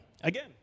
again